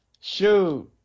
Shoot